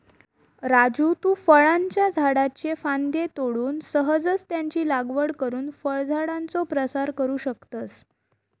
राजू तु फळांच्या झाडाच्ये फांद्ये तोडून सहजच त्यांची लागवड करुन फळझाडांचो प्रसार करू शकतस